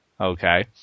okay